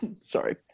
Sorry